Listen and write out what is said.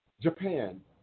Japan